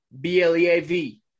B-L-E-A-V